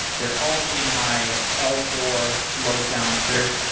they're all hitting my l four load balancer.